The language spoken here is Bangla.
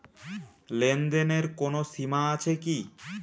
লেনদেনের কোনো সীমা আছে কি?